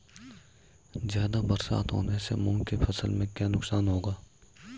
ज़्यादा बरसात होने से मूंग की फसल में क्या नुकसान होगा?